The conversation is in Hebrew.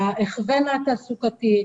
להכוון התעסוקתי,